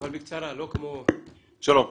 שלום,